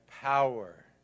power